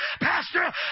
Pastor